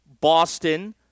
Boston